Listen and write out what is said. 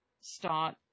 start